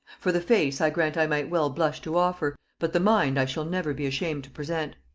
for the face i grant i might well blush to offer, but the mind i shall never be ashamed to present.